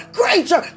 greater